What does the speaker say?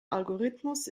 algorithmus